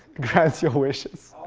grants your wishes.